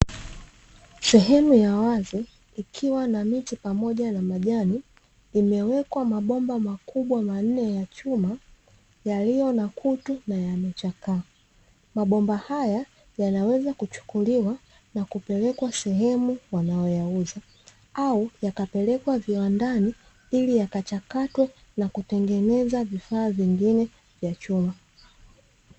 Sehemu ya wazi ikiwa na miti pamoja na majani yamewekwa mabomba meusi ya chuma yaliyo na kutu na yamechakaa mabomba haya yanayotokea kuchukuliwa na kupelekwa sehemu yanayouzwa au kupelekwa viwandani kwenda kuchakata na kutengeneza vifaa vingine vya chuma.